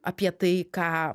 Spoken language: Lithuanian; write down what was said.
apie tai ką